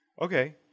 okay